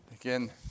Again